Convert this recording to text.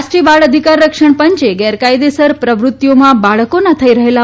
રાષ્ટ્રીય બાળ અધિકાર રક્ષણ પંચે ગેરકાયદેસર પ્રવૃતિઓમાં બાળકોના થઇ રહેલા